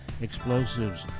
explosives